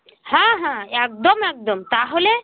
হ্যাঁ হ্যাঁ একদম একদম তাহলে